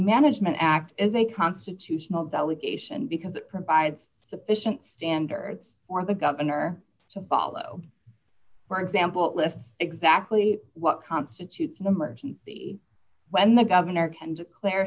management act is a constitutional delegation because it provides sufficient standards for the governor to follow for example lists exactly what constitutes an emergency when the governor c